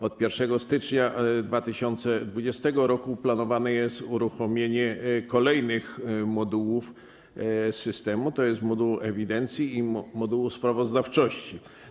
Od 1 stycznia 2020 r. planowane jest uruchomienie kolejnych modułów systemu, to jest modułu ewidencji i modułu sprawozdawczości.